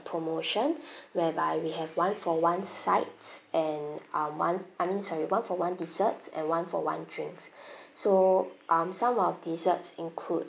promotion whereby we have one for one sides and um one I mean sorry one for one desserts and one for one drinks so um some of desserts include